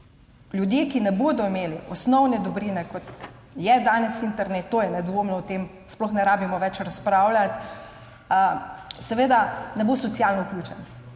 Ljudje, ki ne bodo imeli osnovne dobrine, kot je danes internet, to je nedvomno, o tem sploh ni treba več razpravljati, seveda ne bodo socialno vključeni,